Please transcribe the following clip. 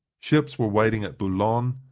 ships were waiting at boulogne,